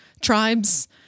tribes